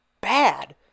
bad